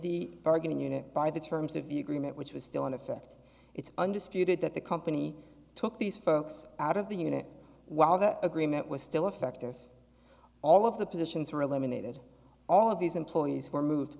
the bargaining unit by the terms of your green it which was still in effect it's undisputed that the company took these folks out of the unit while that agreement was still effective all of the positions were eliminated all of these employees were moved